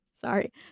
Sorry